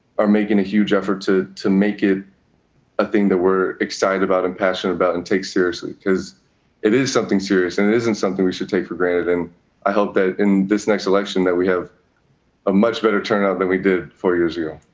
are making a huge effort to to make it a thing that we're excited about and passionate about and take seriously because it is something serious and it isn't something we should take for granted. and i hope that in this next election that we have a much better turnout than we did four years ago.